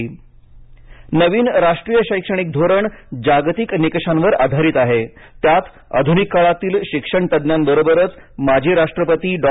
पंतप्रधान नवीन राष्ट्रीय शैक्षणिक धोरण जागतिक निकषांवर आधारित आहे त्यात आधुनिक काळातील शिक्षण तज्ञांबरोबरच माजी राष्ट्रपती डॉ